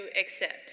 accept